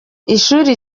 ishuri